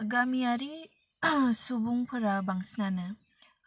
गामियारि सुबुंफोरा बांसिनानो